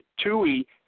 Tui